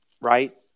right